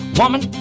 woman